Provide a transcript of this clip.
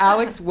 Alex